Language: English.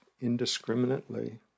indiscriminately